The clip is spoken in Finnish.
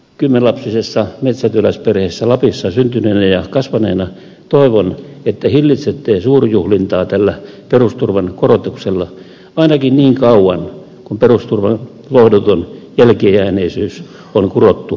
kymmenlapsisessa metsätyöläisperheessä lapissa syntyneenä ja kasvaneena toivon että hillitsette suurjuhlintaa tällä perusturvan korotuksella ainakin niin kauan kun perusturvan lohduton jälkeenjääneisyys on kurottu umpeen